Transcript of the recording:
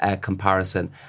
comparison